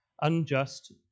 unjust